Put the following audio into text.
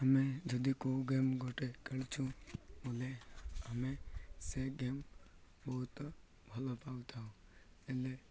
ଆମେ ଯଦି କୋଉ ଗେମ୍ ଗୋଟେ ଖେଳଛୁ ବଲେ ଆମେ ସେ ଗେମ୍ ବହୁତ ଭଲ ପାଉଥାଉ ହେଲେ